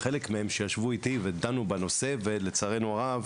חלק מהם שישבו איתי ודנו בנושא ולצערנו הרב